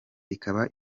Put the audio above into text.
ikaba